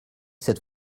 cette